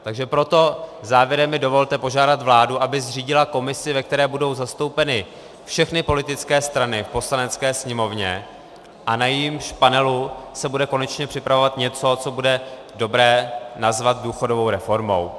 Takže proto závěrem mi dovolte požádat vládu, aby zřídila komisi, ve které budou zastoupeny všechny politické strany v Poslanecké sněmovně a na jejímž panelu se bude konečně připravovat něco, co bude dobré nazvat důchodovou reformou.